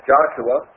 Joshua